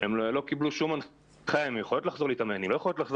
הן לא קיבלו שום הנחיה אם הן יכולות לחזור להתאמן או לא.